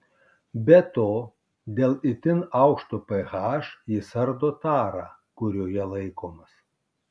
be to dėl itin aukšto ph jis ardo tarą kurioje laikomas